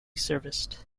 serviced